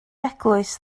eglwys